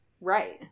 Right